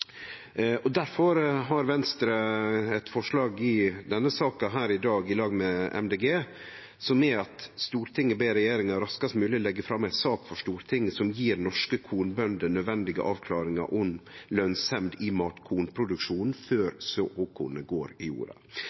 og tek og stiller seg bak. Difor har Venstre eit forslag i denne saka i dag, i lag med Miljøpartiet Dei Grøne, om å be regjeringa raskast mogleg leggje fram ei sak for Stortinget som gjev norske kornbønder nødvendige avklaringar om lønnsemd i matkornproduksjonen før såkornet går i jorda.